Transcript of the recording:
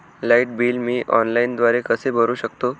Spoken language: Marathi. लाईट बिल मी ऑनलाईनद्वारे कसे भरु शकतो?